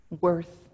worth